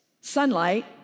sunlight